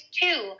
two